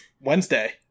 Wednesday